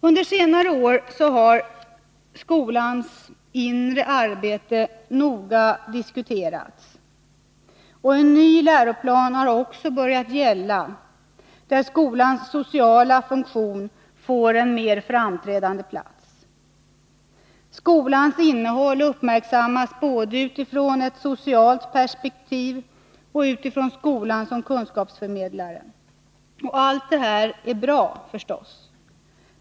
Under senare år har skolans inre arbete noga diskuterats, och en ny läroplan har också börjat gälla, där skolans sociala funktion får en mer framträdande plats. Skolans innehåll uppmärksammas både utifrån ett socialt perspektiv och utifrån skolan som kunskapsförmedlare. Allt detta är bra.